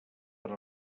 per